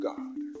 God